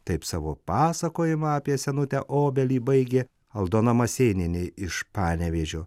taip savo pasakojimą apie senutę obelį baigė aldona masėnienė iš panevėžio